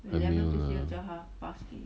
还没有啦